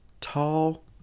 tall